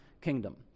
kingdom